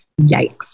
Yikes